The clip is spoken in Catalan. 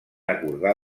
acordar